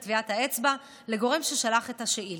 טביעת האצבע לגורם ששלח את השאילתה.